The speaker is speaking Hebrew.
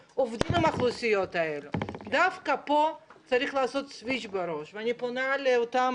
הם עובדים עם האוכלוסיות האלה הם לא יעילים